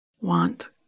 want